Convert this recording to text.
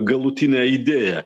galutinę idėją